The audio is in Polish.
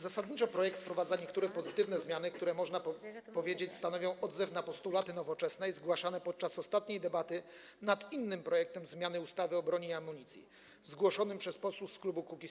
Zasadniczo projekt wprowadza niektóre pozytywne zmiany, które - można powiedzieć - stanowią odzew na postulaty Nowoczesnej zgłaszane podczas ostatniej debaty nad innym projektem zmiany ustawy o broni i amunicji, zgłoszonym przez posłów z klubu Kukiz’15.